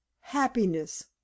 happiness